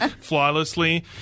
flawlessly